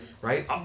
right